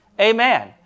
Amen